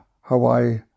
Hawaii